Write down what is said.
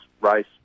race